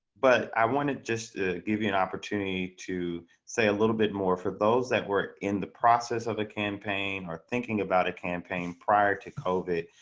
but i wanted just to give you an opportunity to say a little bit more for those that were in the process of the campaign or thinking about a campaign prior to cove it.